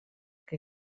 que